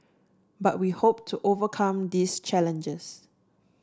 but we hope to overcome these challenges